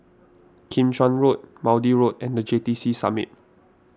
Kim Chuan Road Maude Road and the J T C Summit